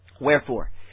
wherefore